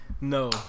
No